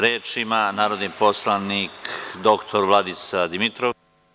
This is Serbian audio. Reč ima narodni poslanik dr. Vladica Dimitrov.